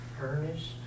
Earnest